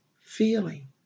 feeling